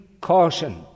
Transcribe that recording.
caution